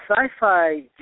Sci-Fi